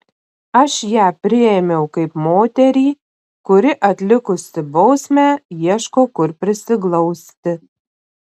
aš ją priėmiau kaip moterį kuri atlikusi bausmę ieško kur prisiglausti